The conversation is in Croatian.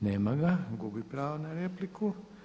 Nema ga, gubi pravo na repliku.